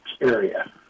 area